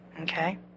Okay